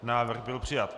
Návrh byl přijat.